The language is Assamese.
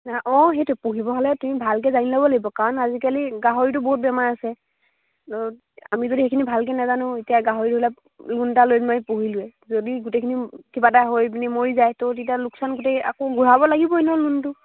নহয় অঁ সেইটো পঢ়িব হ'লে তুমি ভালকৈ জানি লব লাগিব কাৰণ আজিকালি গাহৰিটো বহুত বেমাৰ আছে আমি যদি সেইখিনি ভালকৈ নোজানো এতিয়া গাহৰি অলপ লোন এটা লৈ পোহিলোৱে যদি গোটেইখিনি কিবা এটা হৈ পিনি মৰি যায় ত' তেতিয়া লোকচান গোটেই আকৌ ঘূৰাব লাগিবই ন লোনটো